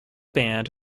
band